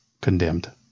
Condemned